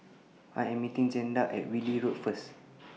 I Am meeting Jaeda At Whitley Road First